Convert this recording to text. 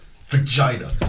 vagina